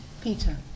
Peter